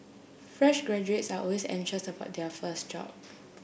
fresh graduates are always anxious about their first job